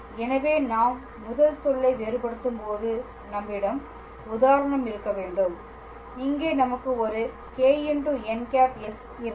எனவே நாம் முதல் சொல்லை வேறுபடுத்தும் போது நம்மிடம் உதாரணம் இருக்க வேண்டும் இங்கே நமக்கு ஒரு κn̂s இருந்தது